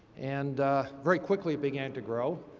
and very quickly it began to grow.